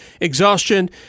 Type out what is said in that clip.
exhaustion